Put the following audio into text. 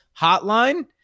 hotline